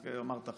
אמרת,